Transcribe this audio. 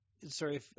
Sorry